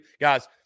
Guys